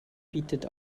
bietet